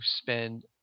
spend